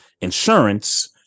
insurance